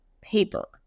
paper